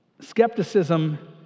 Skepticism